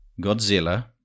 Godzilla